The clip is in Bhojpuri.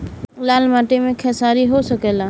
लाल माटी मे खेसारी हो सकेला?